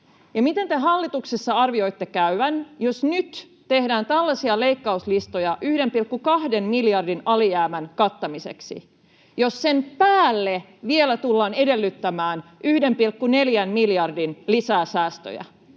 Miten te hallituksessa arvioitte käyvän, jos nyt tehdään tällaisia leikkauslistoja 1,2 miljardin alijäämän kattamiseksi, jos sen päälle vielä tullaan edellyttämään 1,4 miljardin lisäsäästöjä?